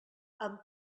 amb